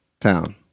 Town